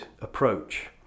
approach